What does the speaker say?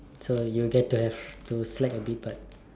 so you get to have to slack a bit but